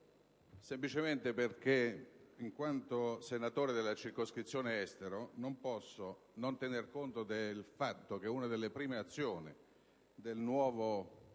Semplicemente, in quanto senatore eletto per la circocoscrizione Estero, io non posso non tener conto del fatto che una delle prime azioni del nuovo